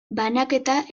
banaketa